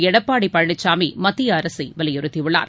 எடப்பாடி பழனிசாமி மத்திய அரசை வலியுறுத்தியுள்ளார்